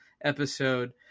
episode